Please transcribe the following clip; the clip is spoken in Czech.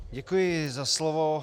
Děkuji za slovo.